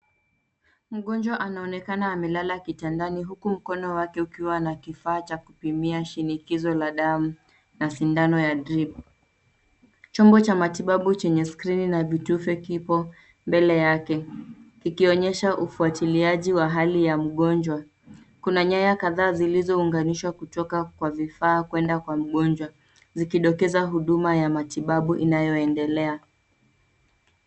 Mgonjwa anaonekana amelala kitandani huku mkono wake ukiwa na kifacha kupimia shinikizo la damu na sindano ya drip . Chombo cha matibabu chenye skrini na vitufe kipo mbele yake, kikionyesha ufuatiliaji wa hali ya mgonjwa. Kuna nyaya kadhaa zilizounganishwa kutoka kwa vifaa kuenda kwa mgonjwa, zikidokeza huduma ya matibabu inayoendelea.